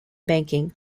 banking